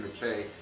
McKay